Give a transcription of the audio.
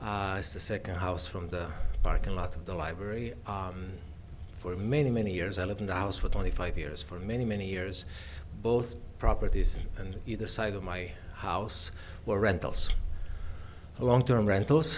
the second house from the parking lot of the library for many many years i lived in the house for twenty five years for many many years both properties and either side of my house were rentals long term rent